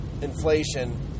inflation